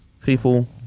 people